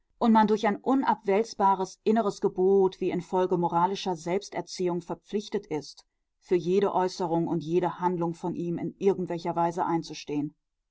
und man durch ein unabwälzbares inneres gebot wie infolge moralischer selbsterziehung verpflichtet ist für jede äußerung und jede handlung von ihm in irgendwelcher weise einzustehen